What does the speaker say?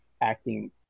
acting